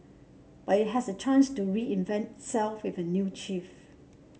but it has a chance to reinvent itself with a new chief